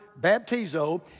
baptizo